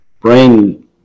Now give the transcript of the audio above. brain